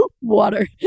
water